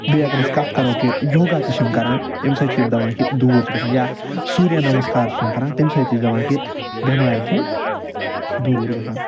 بیٚیہ اگر أسۍ کتھ کرو کہ یوگا تہِ چھِ یِم کَران امہ سۭتۍ چھِ یِم دَپان کہ دوٗر چھ گَژھان یا سوٗریا نمسکار چھِ یِم کران تمہ سۭتۍ تہِ چھِ دَپان کہ بیٚمارِ چھِ دوٗر گَژھان